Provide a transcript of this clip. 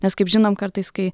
nes kaip žinom kartais kai